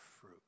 fruit